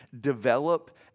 develop